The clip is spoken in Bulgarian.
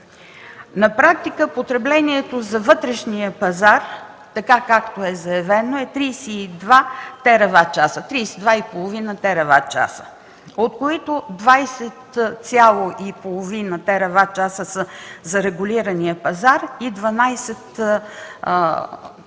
На практика потреблението за вътрешния пазар, както е заявено, е 30,5 тераватчаса, от които 20,5 тераватчаса са за регулирания пазар и 12